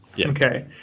Okay